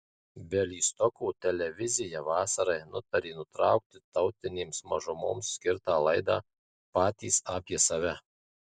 bialystoko televizija vasarai nutarė nutraukti tautinėms mažumoms skirtą laidą patys apie save